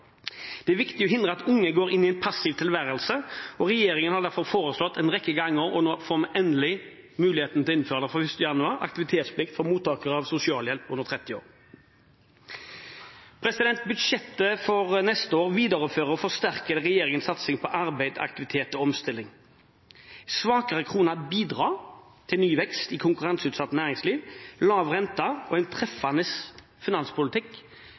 Det er viktig å hindre at unge går inn i en passiv tilværelse. Regjeringen har derfor en rekke ganger foreslått – og nå får vi endelig muligheten til å innføre det fra 1. januar – aktivitetsplikt for mottakere av sosialhjelp under 30 år. Budsjettet for neste år viderefører og forsterker regjeringens satsing på arbeid, aktivitet og omstilling. Svakere krone bidrar til ny vekst i konkurranseutsatt næringsliv, mens lav rente og treffende finanspolitikk